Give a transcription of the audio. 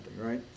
right